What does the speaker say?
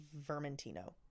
vermentino